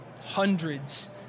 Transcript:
hundreds